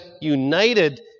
united